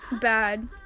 Bad